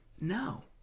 No